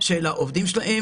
של העובדים שלהם.